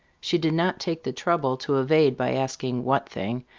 she did not take the trouble to evade by asking what thing?